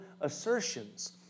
assertions